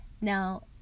Now